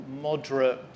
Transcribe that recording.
moderate